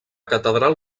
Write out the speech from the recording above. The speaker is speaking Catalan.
catedral